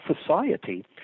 society